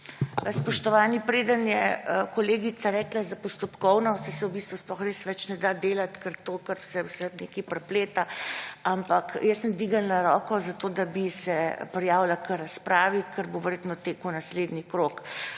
Spoštovani, preden je kolegica rekla za postopkovno – saj se v bistvu res sploh ne da več delati, ker se vse nekaj prepleta – sem jaz dvignila roko, zato da bi se prijavila k razpravi, ker bo verjetno tekel naslednji krog.